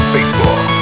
Facebook